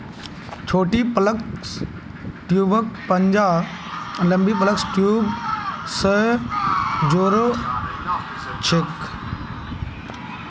छोटी प्लस ट्यूबक पंजा लंबी प्लस ट्यूब स जो र छेक